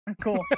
Cool